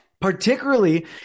Particularly